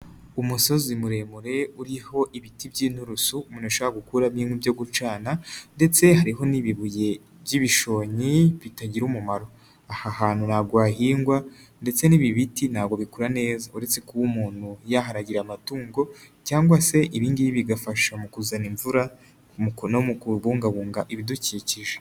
Umusozi muremure uriho ibiti by'inturusu. Umuntu ashobora gukuramo inkwi byo gucana ndetse hariho n'ibibuye by'ibishonnyi bitagira umumaro. Aha hantu ntabwo hahingwa ndetse n'ibi biti ntabwo bikura neza. Uretse kuba umuntu yaharagira amatungo cyangwa se ibi ngibi bigafasha mu kuzana imvura ku no mu kubungabunga ibidukikije.